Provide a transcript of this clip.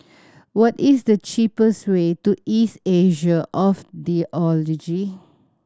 what is the cheapest way to East Asia of Theology